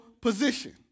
Position